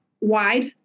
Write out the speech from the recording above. wide